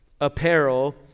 apparel